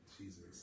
Jesus